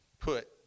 put